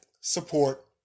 support